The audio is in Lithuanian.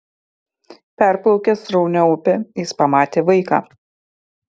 perplaukęs sraunią upę jis pamatė vaiką